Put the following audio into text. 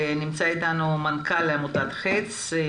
נמצא איתנו מנכ"ל עמותת חץ,